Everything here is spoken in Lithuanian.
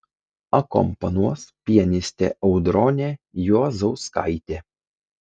akompanuos pianistė audronė juozauskaitė